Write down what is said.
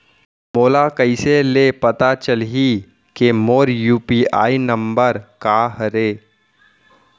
मोला कइसे ले पता चलही के मोर यू.पी.आई नंबर का हरे?